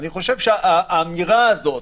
אני חושב שהאמירה הזאת